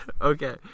Okay